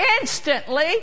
Instantly